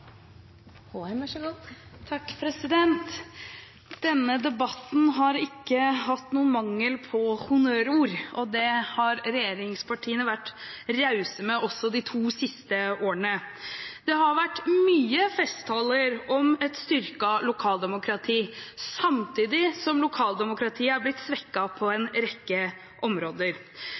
Denne debatten har ikke hatt noen mangel på honnørord, og det har regjeringspartiene vært rause med også de to siste årene. Det har vært mange festtaler om et styrket lokaldemokrati, samtidig som lokaldemokratiet har blitt svekket på en rekke områder.